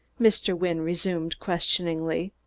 mr. wynne resumed questioningly.